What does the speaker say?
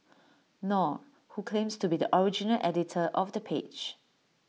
nor who claims to be the original editor of the page